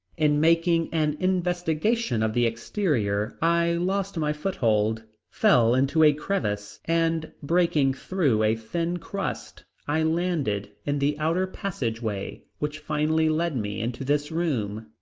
in making an investigation of the exterior i lost my foothold, fell into a crevice and breaking through a thin crust i landed in the outer passageway which finally led me into this room.